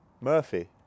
Murphy